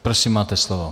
Prosím, máte slovo.